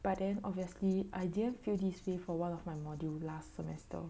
but then obviously I didn't feel this way for one of my module last semester